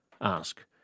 ask